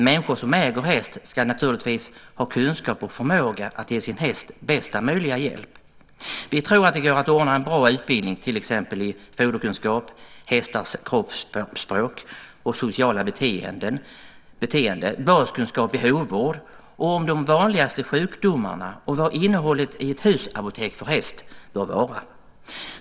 Människor som äger häst ska naturligtvis ha kunskap och förmåga att ge sin häst bästa möjliga hjälp. Vi tror att det går att ordna en bra utbildning i till exempel foderkunskap, hästars kroppsspråk och sociala beteende, baskunskap i hovvård och om de vanligaste sjukdomarna och hur innehållet i ett husapotek för häst bör vara.